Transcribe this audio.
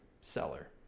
seller